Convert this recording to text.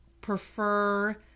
prefer